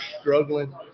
struggling